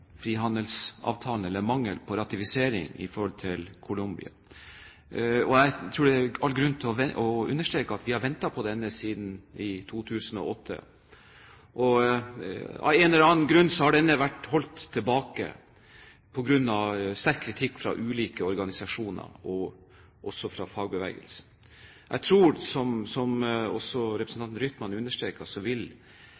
på ratifisering av frihandelsavtalen med Colombia, og jeg tror det er all grunn til å understreke at vi har ventet på denne siden 2008. Av en eller annen grunn har denne vært holdt tilbake på grunn av sterk kritikk fra ulike organisasjoner og også fra fagbevegelsen. Jeg tror, slik også